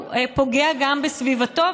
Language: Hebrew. הוא פוגע גם בסביבתו,